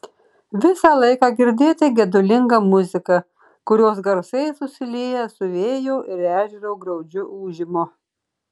visą laiką girdėti gedulinga muzika kurios garsai susilieja su vėjo ir ežero graudžiu ūžimu